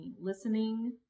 listening